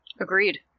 Agreed